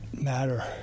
matter